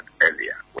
earlier